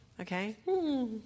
okay